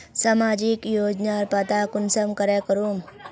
सामाजिक योजनार पता कुंसम करे करूम?